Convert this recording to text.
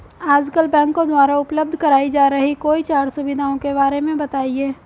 आजकल बैंकों द्वारा उपलब्ध कराई जा रही कोई चार सुविधाओं के बारे में बताइए?